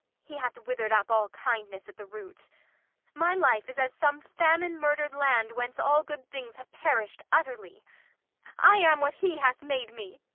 he hath withered up all kindness at the root my life is as some famine murdered land, whence all good things have perished utterly i am what he hath made me.